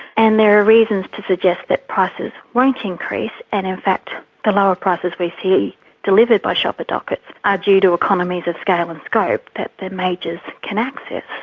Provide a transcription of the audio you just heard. and there are reasons to suggest that prices won't increase, and in fact the lower prices we see delivered by shopper dockets are due to economies of scale and scope that the majors can access.